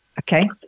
okay